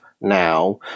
now